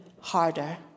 harder